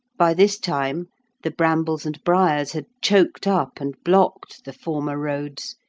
by this time the brambles and briars had choked up and blocked the former roads,